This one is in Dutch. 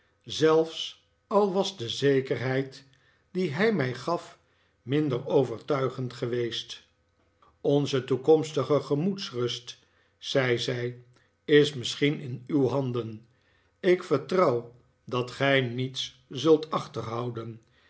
zelfs al was de zekerheid die hij mij gaf minder overtuigend geweest onze toekomstige gemoedsrust zei zij is misschien in uw handen ik vertrouw dat gij niets zult achterhouden